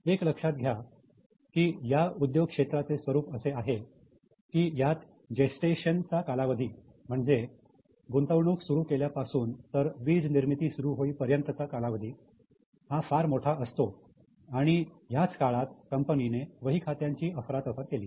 एक लक्षात घ्या की की या उद्योग क्षेत्राचे स्वरूप असे आहे आहे की यात जेस्टेशन चा कालावधी म्हणजे गुंतवणूक सुरू केल्यापासून तर वीज निर्मिती सुरु होईल पर्यंतचा कालावधी हा फार मोठा असतो आणि याच काळात कंपनीने वही खात्यांची अफरातफर केली